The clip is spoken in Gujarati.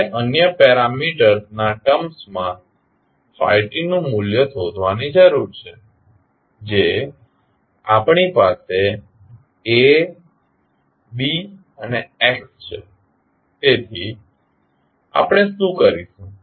હવે આપણે અન્ય પેરમીટર્સ નાં ટર્મસમાં t નું મૂલ્ય શોધવાની જરૂર છે જે આપણી પાસે A B અને x છે તેથી આપણે શું કરીશું